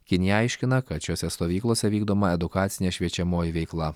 kinija aiškina kad šiose stovyklose vykdoma edukacinė šviečiamoji veikla